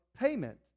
payment